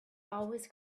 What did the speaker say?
always